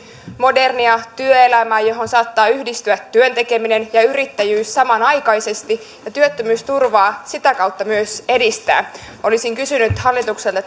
modernia työelämää johon saattavat yhdistyä työn tekeminen ja yrittäjyys samanaikaisesti ja työttömyysturvaa sitä kautta myös edistämään olisin kysynyt hallitukselta